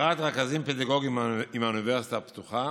הכשרת רכזים פדגוגיים עם האוניברסיטה הפתוחה,